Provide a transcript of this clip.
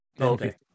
okay